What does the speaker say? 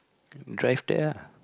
drive there ah